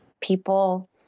people